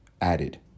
added